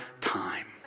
time